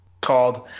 called